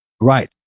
Right